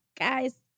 Guys